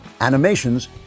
Animations